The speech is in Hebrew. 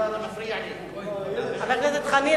חבר הכנסת חנין,